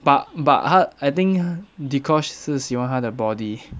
but but 他 I think uh dee kosh 是喜欢他的 body